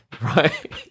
Right